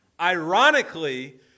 Ironically